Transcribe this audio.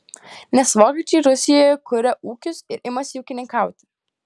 nes vokiečiai rusijoje kuria ūkius ir imasi ūkininkauti